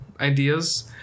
ideas